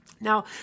Now